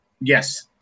Yes